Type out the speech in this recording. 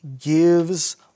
gives